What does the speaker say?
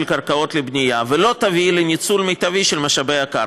קרקעות לבנייה ולא תביא לניצול מיטבי של משאבי הקרקע.